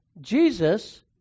Jesus